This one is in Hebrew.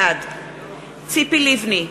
בעד ציפי לבני,